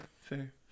fair